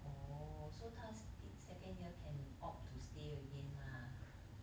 orh so 她 the second year can opt to stay again lah